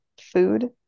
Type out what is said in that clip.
food